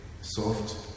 soft